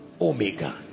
Omega